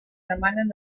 demanen